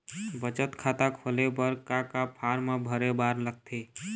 बचत खाता खोले बर का का फॉर्म भरे बार लगथे?